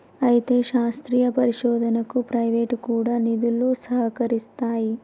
అయితే శాస్త్రీయ పరిశోధనకు ప్రైవేటు కూడా నిధులు సహకరిస్తాయి